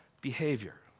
behavior